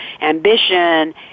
ambition